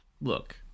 Look